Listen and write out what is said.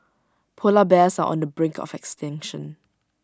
Polar Bears are on the brink of extinction